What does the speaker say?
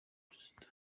perezida